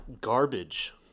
Garbage